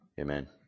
amen